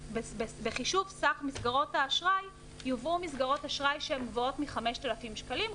שבחישוב סך מסגרות האשראי יובאו מסגרות אשראי שהן גבוהות מ-5,000 שקלים.